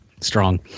strong